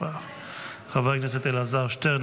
חבר הכנסת אלעזר שטרן,